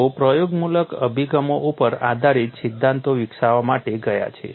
લોકો પ્રયોગમૂલક અભિગમો ઉપર આધારિત સિદ્ધાંતો વિકસાવવા માટે ગયા છે